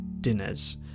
dinners